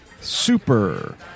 Super